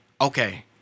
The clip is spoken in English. okay